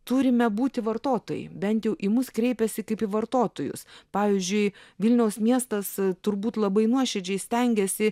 turime būti vartotojai bent jau į mus kreipiasi kaip į vartotojus pavyzdžiui vilniaus miestas turbūt labai nuoširdžiai stengiasi